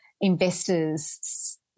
investors